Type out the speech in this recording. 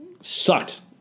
Sucked